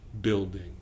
building